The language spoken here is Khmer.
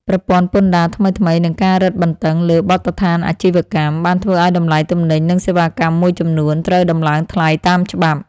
ប្រព័ន្ធពន្ធដារថ្មីៗនិងការរឹតបន្តឹងលើបទដ្ឋានអាជីវកម្ម បានធ្វើឱ្យតម្លៃទំនិញនិងសេវាកម្មមួយចំនួនត្រូវដំឡើងថ្លៃតាមច្បាប់។